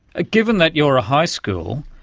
ah given that you are a high school,